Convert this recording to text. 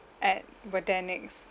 at were there next